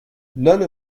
none